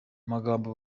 abagabo